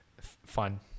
fun